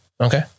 okay